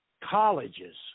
colleges